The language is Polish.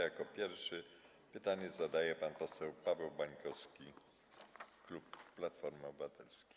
Jako pierwszy pytanie zadaje pan poseł Paweł Bańkowski, klub Platforma Obywatelska.